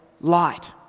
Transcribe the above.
light